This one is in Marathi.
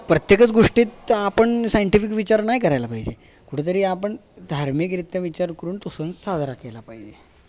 प्रत्येकच गोष्टीत आपण सायंटिफिक विचार नाही करायला पाहिजे कुठंतरी आपण धार्मिकरित्या विचार करून तो सण साजरा केला पाहिजे